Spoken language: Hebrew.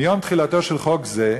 מיום תחילתו של חוק זה,